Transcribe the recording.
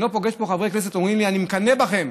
אני לא פוגש פה חברי כנסת שאומרים לי: אני מקנא בכם,